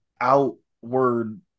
outward